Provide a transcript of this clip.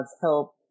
help